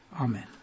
Amen